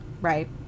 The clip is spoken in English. Right